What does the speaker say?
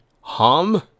hum